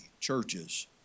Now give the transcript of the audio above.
churches